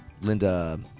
Linda